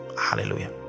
Hallelujah